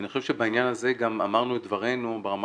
אני חושב שבעניין הזה גם אמרנו את דברנו ברמה